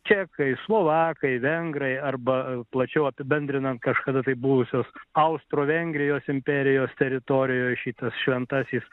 čekai slovakai vengrai arba plačiau apibendrinant kažkada tai buvusios austro vengrijos imperijos teritorijoje šitas šventasis